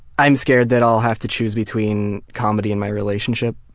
i'm scared that i'll have to choose between comedy and my relationship.